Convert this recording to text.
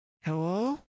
Hello